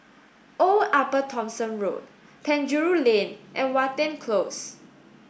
Old Upper Thomson Road Penjuru Lane and Watten Close